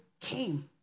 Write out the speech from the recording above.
came